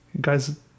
Guys